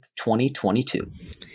2022